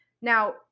now